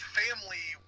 family